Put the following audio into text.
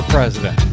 President